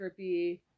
trippy